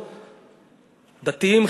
דתיים,